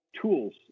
tools